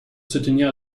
soutenir